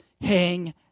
hang